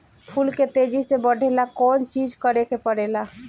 फूल के तेजी से बढ़े ला कौन चिज करे के परेला?